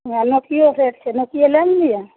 हॅं नोकियो सेट छै नोकिये लऽ ने लिअ